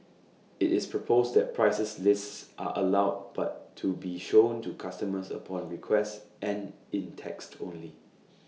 IT is proposed that prices lists are allowed but to be shown to customers upon request and in text only